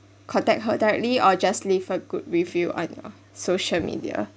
contact her directly or just leave a good review on your social media